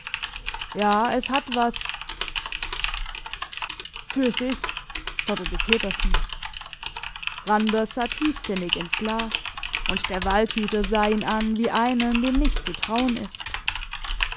ja es hat was f f f für sich stotterte petersen randers sah tiefsinnig ins glas und der waldhüter sah ihn an wie einen dem nicht zu trauen ist